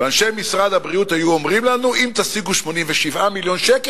ואנשי משרד הבריאות אמרו לנו: אם תשיגו 87 מיליון שקל,